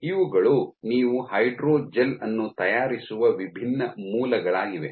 ಇವುಗಳು ನೀವು ಹೈಡ್ರೋಜೆಲ್ ಅನ್ನು ತಯಾರಿಸುವ ವಿಭಿನ್ನ ಮೂಲಗಳಾಗಿವೆ